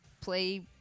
play